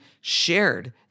shared